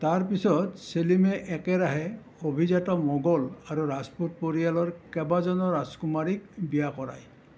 তাৰপিছত চেলিমে একেৰাহে অভিজাত মোগল আৰু ৰাজপুত পৰিয়ালৰ কেইবাজনো ৰাজকুমাৰীক বিয়া কৰায়